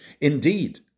Indeed